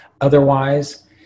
Otherwise